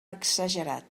exagerat